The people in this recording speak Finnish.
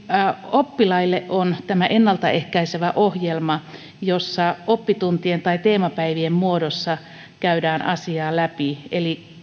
oppilaille on tämä ennalta ehkäisevä ohjelma jossa oppituntien tai teemapäivien muodossa käydään asiaa läpi eli